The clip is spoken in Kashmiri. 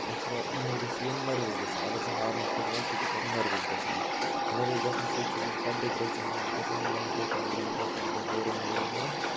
یِتھٕ پٲٹھۍ اَمہِ وجہ چھُ یہِ نٔروَس گژھان اگر سُہ ہارنَس پٮ۪ٹھ واتہِ سُہ چھُ پَتہٕ نٔروَس گژھان نٔروَس گژھنَس سۭتۍ چھُ سُہ پَتہٕ ڈِپرٮ۪شنَس منٛز گژھان وۅنۍ کیٛاہ کَرٕ بہٕ وۅنۍ کیٛاہ کَرٕ بہٕ ہوٗرم ہوٗرم ہوٗرُم